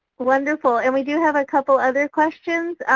wonderful, and we do have a couple other questions.